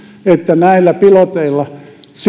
että näillä piloteilla